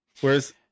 Whereas